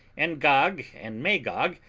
and gog and magog,